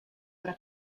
ora